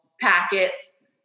packets